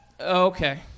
Okay